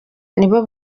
nibo